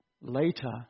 later